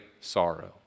sorrow